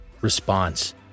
Response